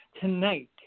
tonight